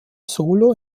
solo